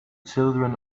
children